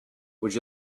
would